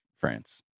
France